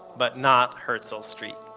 but not herzl street.